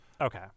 Okay